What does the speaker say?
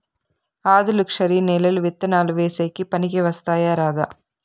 ఆధులుక్షరి నేలలు విత్తనాలు వేసేకి పనికి వస్తాయా రాదా?